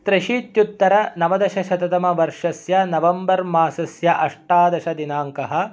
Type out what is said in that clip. त्र्यशीत्युत्तरनवदशशततमवर्षस्य नवम्बर् मासस्य अष्टादशदिनाङ्कः